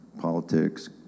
politics